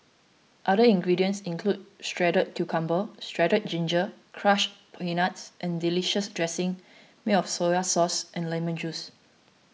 other ingredients include shredded cucumber shredded ginger crushed peanuts and delicious dressing made of soy sauce and lemon juice